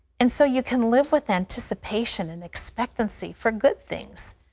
and so you can live with anticipation and expectancy for good things.